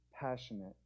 passionate